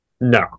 No